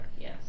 Yes